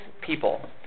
people